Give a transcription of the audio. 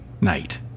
night